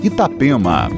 Itapema